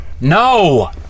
No